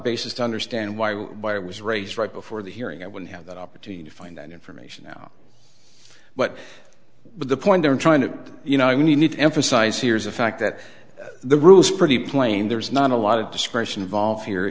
basis to understand why why it was raised right before the hearing i wouldn't have that opportunity to find that information now but the point i'm trying to you know i mean you need to emphasize here is the fact that the rules are pretty plain there's not a lot of discretion involved here